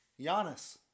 Giannis